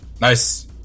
Nice